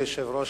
כבוד היושב-ראש,